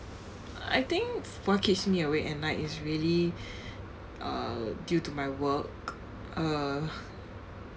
I think what keeps me awake at night is really uh due to my work uh